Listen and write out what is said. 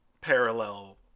parallel